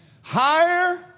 Higher